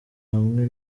hamwe